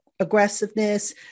aggressiveness